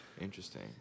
Interesting